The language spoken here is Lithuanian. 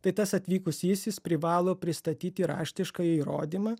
tai tas atvykusysis privalo pristatyti raštišką įrodymą